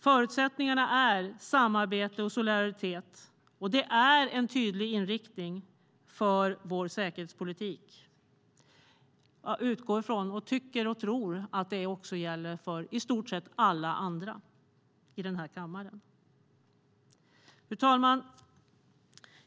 Förutsättningarna är samarbete och solidaritet, och det är en tydlig inriktning för vår säkerhetspolitik att utgå ifrån, och jag tycker och tror att det också gäller för i stort sett alla andra i den här kammaren. Fru talman!